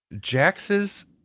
Jax's